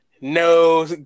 no